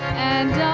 and